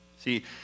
See